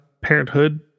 parenthood